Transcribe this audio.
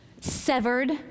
severed